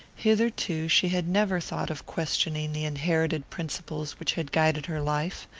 hitherto she had never thought of questioning the inherited principles which had guided her life.